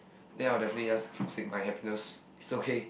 then I'll definitely just forsake my happiness is okay